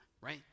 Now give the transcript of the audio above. right